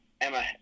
Emma